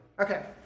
Okay